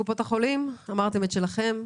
קופות החולים, אמרתם את שלכם.